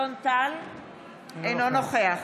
אינו נוכח